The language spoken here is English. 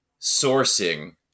sourcing